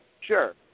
sure